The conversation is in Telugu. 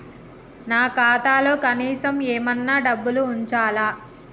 నా ఖాతాలో కనీసం ఏమన్నా డబ్బులు ఉంచాలా?